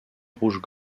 rouge